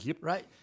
Right